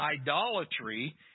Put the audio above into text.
idolatry